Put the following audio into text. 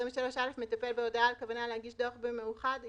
23(א) מטפל בהודעה על כוונה להגיש דוח במאוחד.